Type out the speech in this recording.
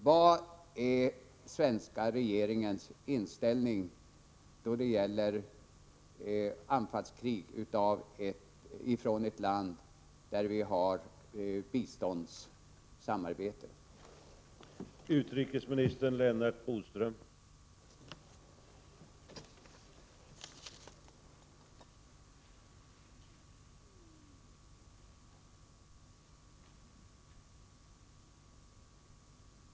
Vilken är den svenska regeringens inställning då det gäller anfallskrig från ett land som vi har biståndssamarbete med?